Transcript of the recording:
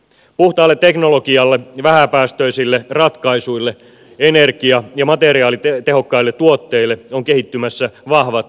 puhtaalle teknologialle vähäpäästöisille ratkaisuille energia ja materiaalitehokkaille tuotteille on kehittymässä vahvat maailmanlaajuiset markkinat